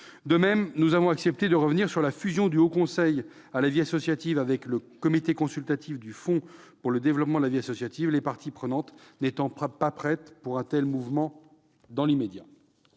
De même, nous avons accepté de revenir sur la fusion du Haut Conseil à la vie associative et du comité consultatif du Fonds pour le développement de la vie associative, les parties prenantes n'étant pas prêtes pour un tel mouvement dans l'immédiat.